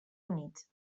units